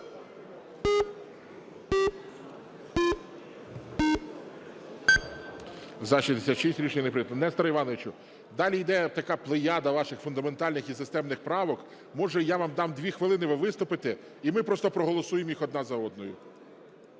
За-66 Рішення не прийнято. Несторе Івановичу, там іде така плеяда ваших фундаментальних і системних правок. Може, я вам дам 2 хвилини, ви виступите і ми просто проголосуємо їх одна за одною?